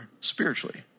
spiritually